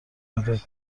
بده